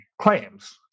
claims